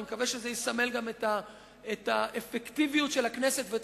אני מקווה שזה יסמל גם את האפקטיביות של הכנסת ואת